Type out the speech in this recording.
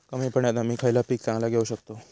कमी पाण्यात आम्ही खयला पीक चांगला घेव शकताव?